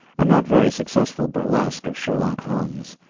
a not very successful burlesque of sherlock holmes.